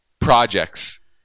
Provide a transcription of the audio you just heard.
projects